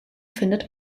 findet